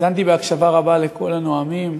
האזנתי בהקשבה רבה לכל הנואמים.